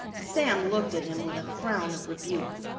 sam looked at him with a frown of rebuke.